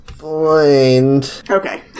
Okay